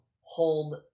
hold